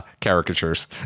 caricatures